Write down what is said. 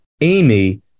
Amy